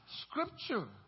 scripture